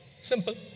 Simple